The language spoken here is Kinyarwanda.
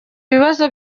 ibibazo